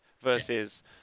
versus